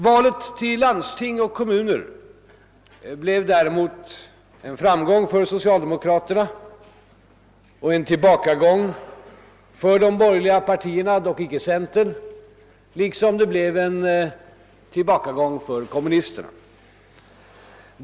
Valet till landsting och kommuner blev däremot en framgång för socialdemokraterna och en tillbakagång för de borgerliga partierna — dock inte för centern. Men det blev en tillbakagång även för kommunisterna.